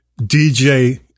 DJ